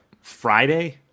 Friday